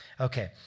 Okay